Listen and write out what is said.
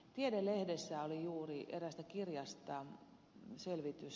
tiede lehdessä oli juuri eräästä kirjasta selvitys